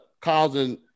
causing